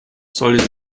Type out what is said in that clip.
sollte